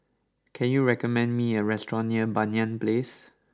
can you recommend me a restaurant near Banyan Place